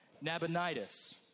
Nabonidus